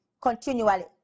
continually